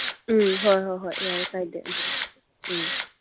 ꯎꯝ ꯍꯣꯏ ꯍꯣꯏ ꯍꯣꯏ ꯌꯥꯏ ꯀꯥꯏꯗꯦ ꯎꯝ ꯎꯝ